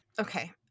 okay